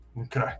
Okay